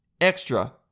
extra